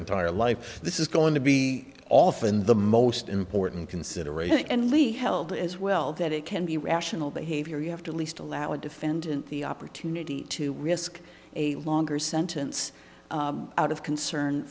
entire life this is going to be often the most important consideration and lee held as well that it can be rational behavior you have to least allow a defendant the opportunity to risk a longer sentence out of concern